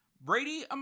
Brady